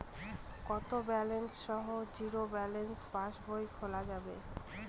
কত ব্যালেন্স সহ zero balance পাসবই খোলা যাবে?